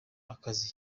akazi